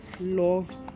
love